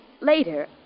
later